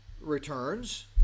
returns